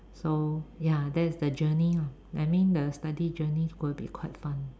so ya that's the journey lah I mean the study journey will be quite fun